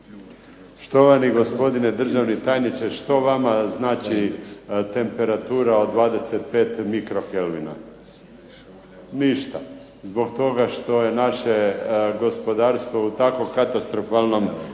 što vama znači temperatura od 25 mikrokelvina? Ništa, zbog toga što je naše gospodarstvo u tako katastrofalnom stanju